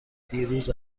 دیروز